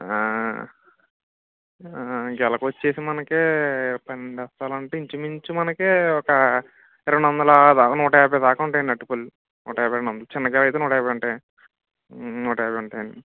గెలకి వచ్చేసి మనకి పన్నెండు అస్తాలు అంటే ఇంచు మించు మనకి ఒక రెండు వందల నూట యాభై దాకా ఉంటాయండి అరటి పండ్లు నూట యాభై రెండు వందలు చిన్న గెల అయితే నూట యాభై ఉంటాయండి నూటయాభై ఉంటాయండి